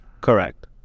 Correct